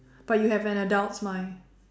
but you have an adult's mind